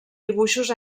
dibuixos